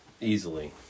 Easily